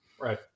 Right